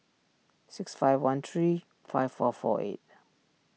six five one three five four four eight